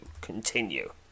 Continue